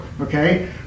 okay